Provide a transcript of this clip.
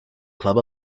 club